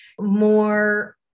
more